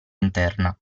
interna